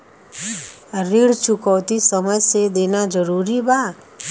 ऋण चुकौती समय से देना जरूरी बा?